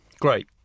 Great